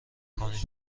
کنی